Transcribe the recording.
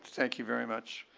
thank you very much.